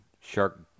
shark